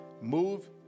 Move